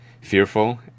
fearful